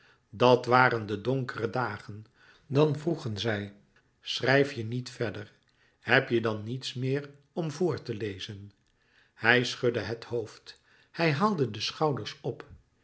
dat waren de donkere dagen dan vroegen zij schrijf je niet verder heb je dan niets meer om voor te lezen hij schudde het hoofd hij haalde de schouders op